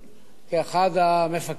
כאחד המפקדים,